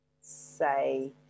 Say